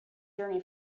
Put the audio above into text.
journey